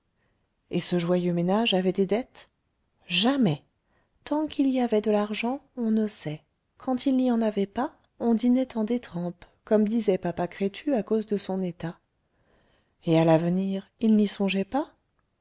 et ce joyeux ménage avait des dettes jamais tant qu'il y avait de l'argent on noçait quand il n'y en avait pas on dînait en détrempe comme disait papa crétu à cause de son état et à l'avenir il n'y songeait pas